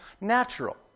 natural